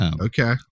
Okay